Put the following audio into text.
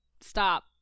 stop